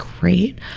great